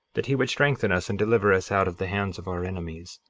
that he would strengthen us and deliver us out of the hands of our enemies,